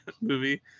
movie